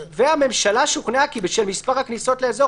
הממשלה שוכנעה כי בשל מספר הכניסות לאזור